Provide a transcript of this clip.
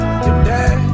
today